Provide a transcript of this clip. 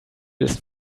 ist